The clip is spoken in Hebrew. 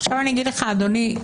אדוני,